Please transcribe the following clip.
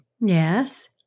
yes